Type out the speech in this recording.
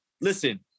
Listen